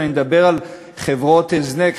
אני מדבר על חברות הזנק,